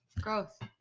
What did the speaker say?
Growth